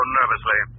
nervously